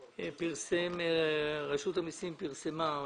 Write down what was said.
רשות המיסים פרסמה.